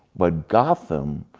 but gotham,